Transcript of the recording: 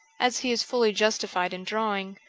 as he is fully justified in drawing,